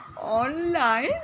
online